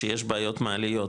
כשיש בעיות מעליות,